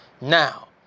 now